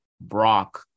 Brock